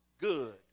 good